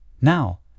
Now